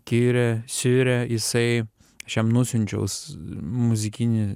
kirė šire jisai aš jam nusiunčiaus muzikinį